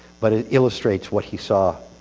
but illustrates what he saw